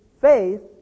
faith